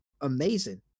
amazing